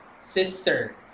sister